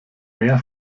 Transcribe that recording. mehr